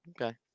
Okay